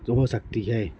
تو ہو سکتی ہے